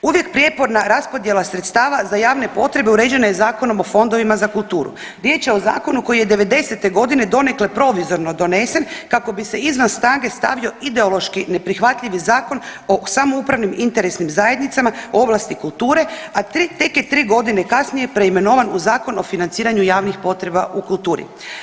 Uvijek prijeporna raspodjela sredstava za javne potrebe uređena je Zakonom o fondovima za kulturu, riječ je o zakonu koji je '90.-te godine donekle provizorno donesen kako bi se izvan snage stavio ideološki neprihvatljivi Zakon o samoupravnim interesnim zajednicama ovlasti kulture, a tek je 3.g. kasnije preimenovan u Zakon o financiranju javnih potreba u kulturi.